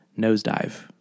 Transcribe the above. nosedive